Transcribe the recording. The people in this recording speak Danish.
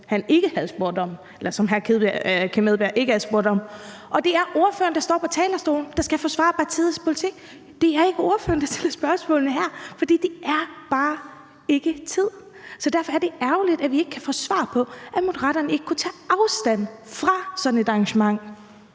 alligevel at svare på noget, som hr. Kim Edberg Andersen ikke havde spurgt om. Og det er ordføreren, der står på talerstolen, og som skal forsvare partiets politik. Det er ikke ordføreren, der stiller spørgsmålene her, for det er der bare ikke tid til. Derfor er det ærgerligt, at vi ikke kan få svar på, hvorfor Moderaterne ikke kunne tage afstand fra sådan et arrangement.